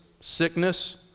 sickness